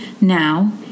Now